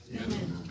Amen